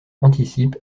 anticipe